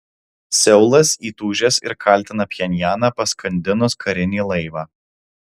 seulas įtūžęs ir kaltina pchenjaną paskandinus karinį laivą